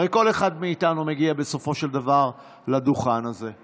הרי כל אחד מאיתנו מגיע בסופו של דבר לדוכן הזה.